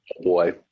boy